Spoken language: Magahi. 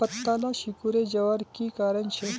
पत्ताला सिकुरे जवार की कारण छे?